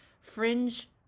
fringe